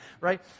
Right